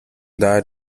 died